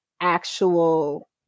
actual